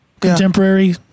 Contemporary